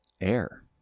Air